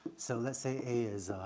so let's say a is